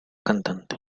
cantante